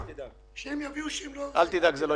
אל תדאג, זה לא יקרה.